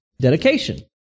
dedication